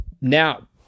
Now